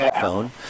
phone